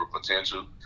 potential